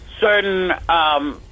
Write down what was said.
certain